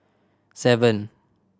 seven